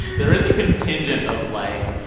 there is a contingent of, like,